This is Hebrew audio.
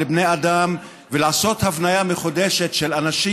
בני האדם ולעשות הבניה מחודשת של אנשים,